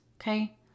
Okay